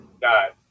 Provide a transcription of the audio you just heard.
God